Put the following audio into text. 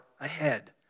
ahead